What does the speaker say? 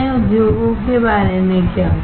अन्य उद्योगों के बारे में क्या